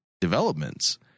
developments